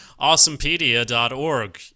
Awesomepedia.org